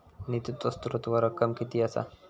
निधीचो स्त्रोत व रक्कम कीती असा?